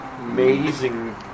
amazing